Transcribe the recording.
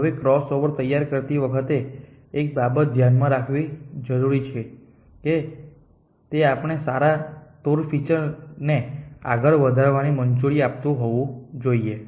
હવે ક્રોસઓવર તૈયાર કરતી વખતે એક બાબત ધ્યાનમાં રાખવી જરૂરી એ છે કે તે આપણને સારા ટૂર ફીચરને આગળ વધારવાની મંજૂરી આપતું હોવું જોઈએ